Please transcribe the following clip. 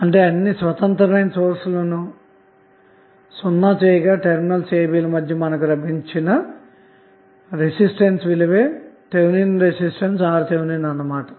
అంటే అన్ని స్వతంత్రమైన సోర్స్ లను సున్నా చేయగా టెర్మినల్స్ a b ల మధ్య లభించిన రెసిస్టన్స్ విలువ థెవెనిన్ రెసిస్టన్స్ RTh అవుతుంది